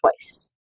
twice